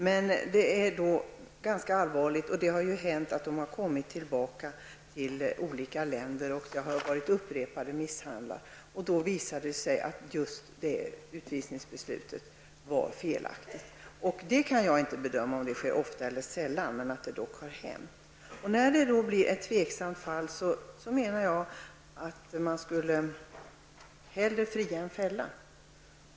Men det har hänt att dessa människor har kommit tillbaka till sina hemländer och blivit misshandlade upprepade gånger, vilket visar att utvisningsbeslutet var felaktigt. Jag kan inte bedöma om det förekommer ofta, men det har dock hänt. Jag menar att man vid tveksamma fall hellre skall fria än fälla.